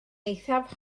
eithaf